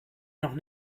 noch